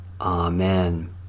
Amen